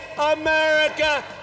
America